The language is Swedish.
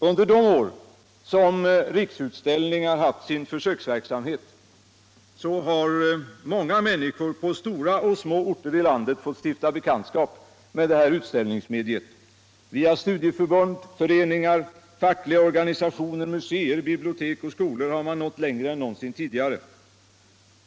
Under de år som Riksutställningar haft sin försöksverksamhet har många människor på både stora och små orter i landet fått stifta bekantskap med det här utställningsmediet. Via studieförbund. föreningar, fackliga organisationer, museer, bibliotek och skolor har man nått längre än någonsin tidigare.